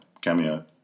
cameo